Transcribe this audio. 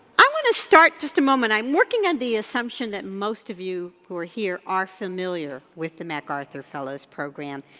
i wanna start, just a moment, i'm working on the assumption that most of you who are here are familiar with the macarthur fellows program.